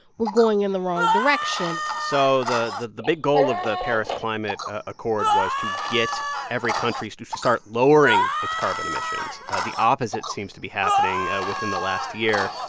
we're going in the wrong direction so the the big goal of the paris climate accord was to get every country to to start lowering its carbon emissions. ah the opposite seems to be happening within the last year.